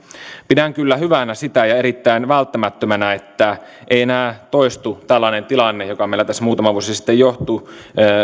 pidän kyllä hyvänä sitä ja erittäin välttämättömänä että ei enää toistu tällainen tilanne joka meillä tässä muutama vuosi sitten oli käsillä